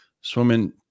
swimming